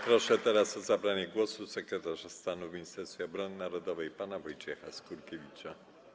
Proszę o zabranie głosu sekretarza stanu w Ministerstwie Obrony Narodowej pana Wojciecha Skurkiewicza.